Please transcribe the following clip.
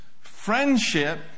friendship